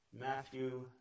Matthew